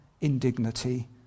indignity